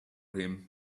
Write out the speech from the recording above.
him